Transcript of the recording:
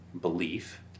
belief